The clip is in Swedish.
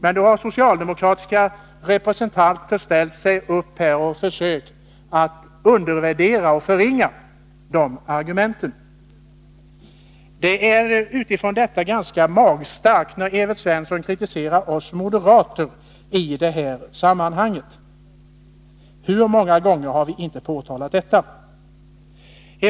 Men då har socialdemokratiska representanter ställt sig upp och försökt förringa de argumenten. Med tanke på detta är det ganska magstarkt av Evert Svensson att i detta sammanhang kritisera oss moderater. Hur många gånger har vi inte påtalat dessa tröskeleffekter?